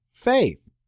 faith